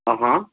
ओहो